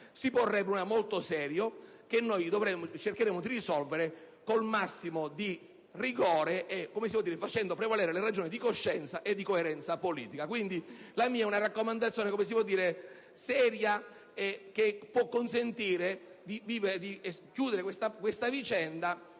un problema molto serio, che noi cercheremo di risolvere col massimo di rigore e facendo prevalere le ragioni di coscienza e di coerenza politica. Quindi, la mia è una raccomandazione seria, che può consentire di chiudere questa vicenda,